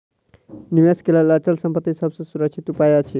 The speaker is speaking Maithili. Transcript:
निवेश के लेल अचल संपत्ति सभ सॅ सुरक्षित उपाय अछि